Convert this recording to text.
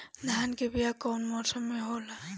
धान के बीया कौन मौसम में होला?